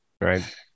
Right